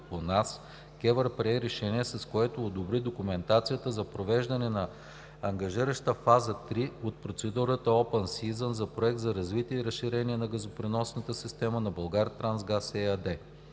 регулиране прие решение, с което одобри документацията за провеждане на ангажираща фаза 3 от процедурата Open season за „Проект за развитие и разширение на газопреносната система на „Булгартрансгаз“ ЕАД“